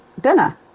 dinner